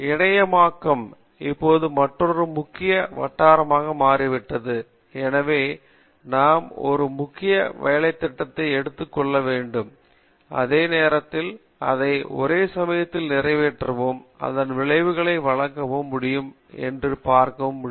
இணைமயமாக்கம் இப்போது மற்றொரு முக்கிய வட்டாரமாக மாறிவிட்டது எனவே நாம் ஒரு முக்கிய வேலைத்திட்டத்தை எடுத்துக் கொள்ள வேண்டும் அதே நேரத்தில் அதை ஒரே சமயத்தில் நிறைவேற்றவும் அதன் விளைவுகளை வழங்கவும் முடியும் என்பதை பார்க்கவும்